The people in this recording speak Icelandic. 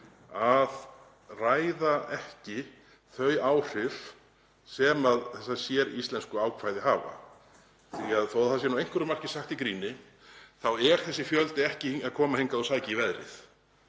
að ræða ekki þau áhrif sem þessi séríslensku ákvæði hafa. Þó að það sé að einhverju marki sagt í gríni er þessi fjöldi ekki að koma hingað og sækja í veðrið,